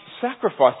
sacrifice